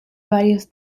varios